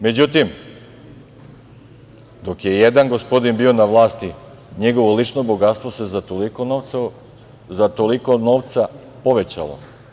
Međutim, dok je jedan gospodin bio na vlasti, njegovo lično bogatstvo se za toliko novca povećalo.